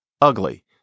Ugly